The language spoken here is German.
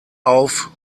auf